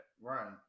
Right